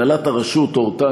הנהלת הרשות הורתה,